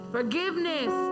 Forgiveness